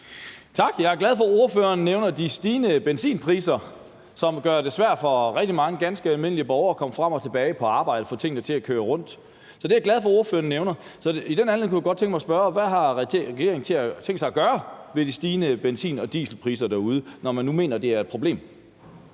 Tak. Jeg er glad for, at ordføreren nævner de stigende benzinpriser, som gør det svært for rigtig mange ganske almindelige borgere at komme frem og tilbage på arbejde og få tingene til at køre rundt. Så det er jeg glad for ordføreren nævner. I den anledning kunne jeg godt tænke mig at spørge: Hvad har regeringen tænkt sig at gøre ved de stigende benzin- og dieselpriser derude, når man nu mener, at det er et problem?